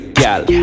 gal